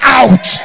out